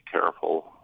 careful